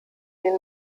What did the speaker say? den